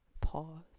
Pause